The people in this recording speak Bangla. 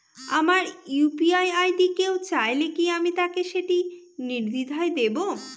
আমার ইউ.পি.আই আই.ডি কেউ চাইলে কি আমি তাকে সেটি নির্দ্বিধায় দেব?